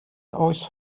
oes